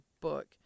book